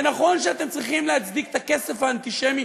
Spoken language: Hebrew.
ונכון שאתם צריכים להצדיק את הכסף האנטישמי